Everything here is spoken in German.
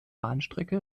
bahnstrecke